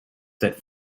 that